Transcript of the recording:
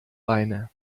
beine